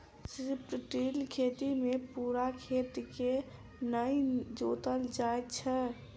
strip till खेती मे पूरा खेत के नै जोतल जाइत छै